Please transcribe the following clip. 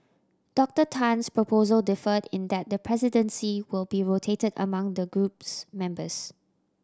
Doctor Tan's proposal differed in that the presidency will be rotated among the group's members